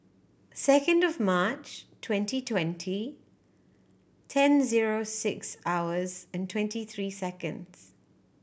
second March twenty twenty ten zero six hours and twenty three seconds